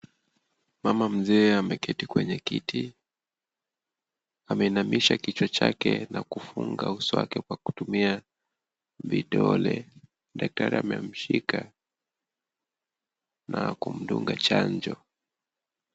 Mama mzee ameketi kwenye kiti, ameinamisha kichwa chake na kufunga uso wake kwa kutumia vidole, daktari amemshika na kumdunga chanjo.